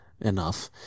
enough